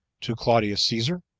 to claudius caesar,